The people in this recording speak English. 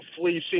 fleecing